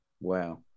Wow